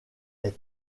est